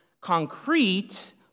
concrete